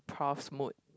pros mode